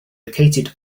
located